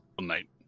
Night